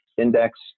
index